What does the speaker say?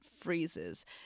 freezes